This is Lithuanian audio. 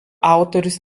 autorius